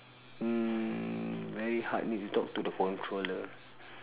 mm very hard need to talk to the controller